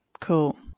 Cool